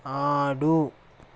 ఆడు